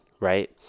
right